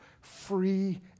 free